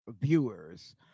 viewers